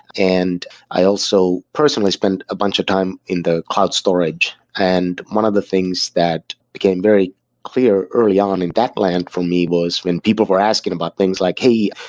and i also personally spent a bunch of time in the cloud storage. and one of the things that became very clear early on in that land for me was when people were asking about things like, hey,